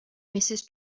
mrs